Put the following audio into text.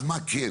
אז מה כן?